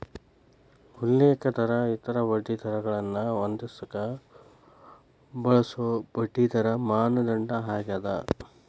ಉಲ್ಲೇಖ ದರ ಇತರ ಬಡ್ಡಿದರಗಳನ್ನ ಹೊಂದಿಸಕ ಬಳಸೊ ಬಡ್ಡಿದರ ಮಾನದಂಡ ಆಗ್ಯಾದ